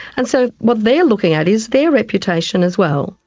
and so what they're looking at is their reputation as well.